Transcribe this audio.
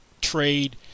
trade